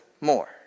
more